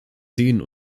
seen